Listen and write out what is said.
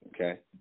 Okay